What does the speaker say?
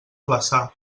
flaçà